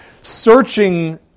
searching